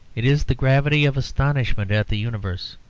it is the gravity of astonishment at the universe,